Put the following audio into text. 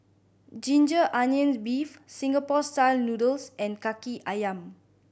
ginger onions beef Singapore Style Noodles and Kaki Ayam